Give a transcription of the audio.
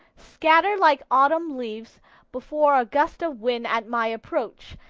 scatter like autumn leaves before a gust of wind at my approach,